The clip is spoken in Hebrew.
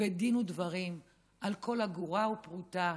בדין ודברים על כל אגורה ופרוטה,